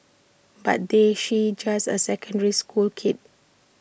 but they she's just A secondary school kid